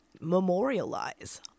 memorialize